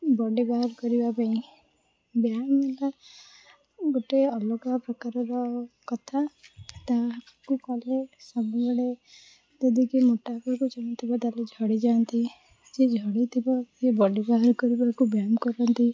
ବଡ଼ି ବାହାର କରିବା ପାଇଁ ବ୍ୟାୟାମ ହେଲା ଗୋଟେ ଅଲଗା ପ୍ରକାରର କଥା ତାକୁ କଲେ ସବୁଆଡ଼େ ଯଦି କିଏ ମୋଟା ହେବାକୁ ଚାହୁଁଥିବ ତାହେଲେ ଝଡ଼ିଯାଆନ୍ତି ଯିଏ ଝଡ଼ିଥିବ ସେ ବଡ଼ି ବାହାର କରିବାକୁ ବ୍ୟାୟାମ କରନ୍ତି